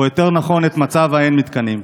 או יותר נכון את מצב האין-מתקנים.